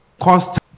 constant